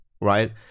right